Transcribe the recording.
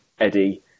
eddie